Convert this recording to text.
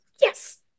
yes